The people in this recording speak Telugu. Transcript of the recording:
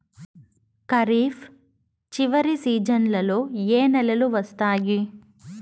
ఖరీఫ్ చివరి సీజన్లలో ఏ నెలలు వస్తాయి?